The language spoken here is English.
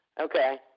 Okay